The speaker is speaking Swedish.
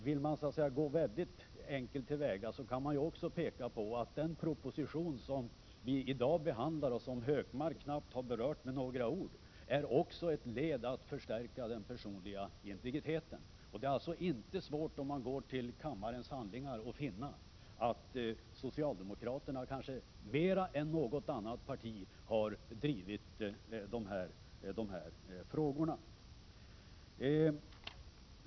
Vill man gå mycket enkelt till väga kan man också peka på att den proposition som vi i dag behandlar och som Gunnar Hökmark knappt har berört är ett led i arbetet att förstärka den personliga integriteten. Det är alltså inte svårt, om man går till kammarens handlingar, att finna att socialdemokraterna kanske mer än något annat parti har drivit dessa frågor.